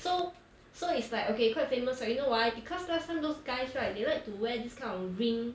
so so it's like okay quite famous like you know why because last time those guys right they like to wear this kind of ring